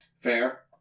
fair